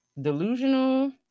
delusional